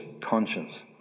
conscience